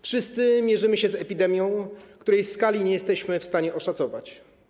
Wszyscy mierzymy się z epidemią, której skali nie jesteśmy w stanie oszacować.